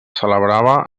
celebrava